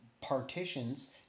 partitions